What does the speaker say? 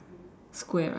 square right